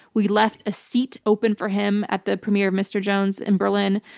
we left a seat open for him at the premiere of mr. jones in berlin,